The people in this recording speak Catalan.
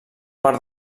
part